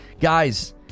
Guys